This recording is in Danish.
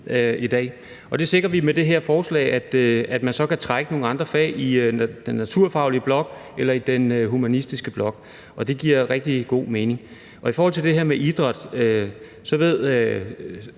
i dag. Med det her forslag sikrer vi, at man så kan trække nogle andre fag i den naturfaglige blok eller i den humanistiske blok, og det giver rigtig god mening. I forhold til det her med idræt, så ved